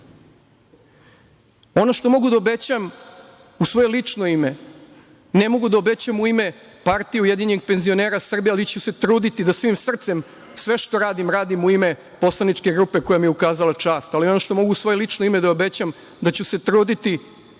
što mogu da obećam u svoje lično ime, ne mogu da obećam u ime PUPS-a, ali ću se truditi da svim srcem, sve što radim, radim u ime poslaničke grupe koja mi je ukazala čast, ali ono što mogu u svoje lično ime da obećam, da ću se truditi